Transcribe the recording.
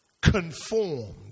conformed